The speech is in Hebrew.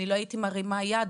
אני לא הייתי מרימה יד,